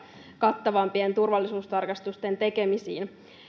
kattavampien turvallisuustarkastusten tekemisiin